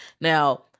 Now-